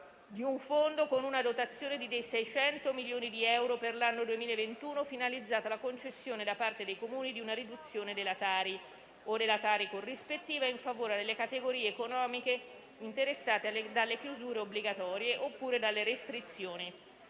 di un fondo con una dotazione di 600 milioni di euro per l'anno 2021, finalizzato alla concessione da parte dei Comuni di una riduzione della Tari, o della Tari corrispettiva, in favore delle categorie economiche interessate dalle chiusure obbligatorie, oppure dalle restrizioni.